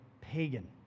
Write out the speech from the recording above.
pagan